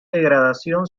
degradación